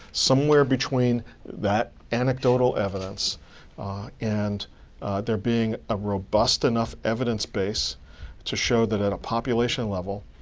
somewhere between that anecdotal evidence and there being a robust enough evidence base to show that at a population level,